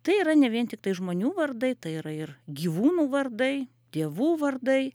tai yra ne vien tiktai žmonių vardai tai yra ir gyvūnų vardai dievų vardai